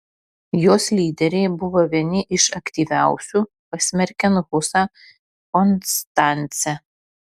jos lyderiai buvo vieni iš aktyviausių pasmerkiant husą konstance